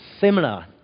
similar